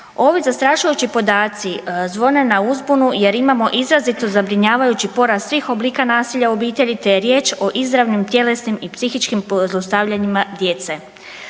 Ovi zastrašujući podaci zvone na uzbunu jer imamo izrazito zabrinjavajući porast svih oblika nasilja u obitelji, te je riječ o izravnim tjelesnim i psihičkim zlostavljanjima djece.